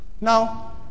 Now